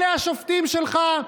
אלה השופטים שלך?